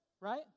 right